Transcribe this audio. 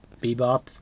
Bebop